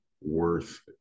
worth